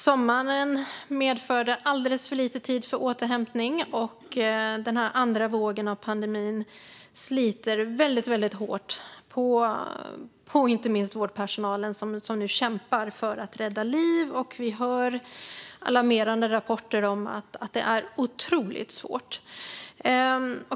Sommaren medförde dock alldeles för lite tid för återhämtning, och pandemins andra våg sliter väldigt hårt på inte minst dem som nu kämpar för att rädda liv. Vi hör alarmerande rapporter om att det är otroligt svårt.